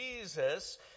Jesus